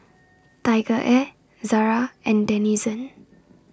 TigerAir Zara and Denizen